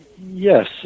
Yes